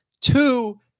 Two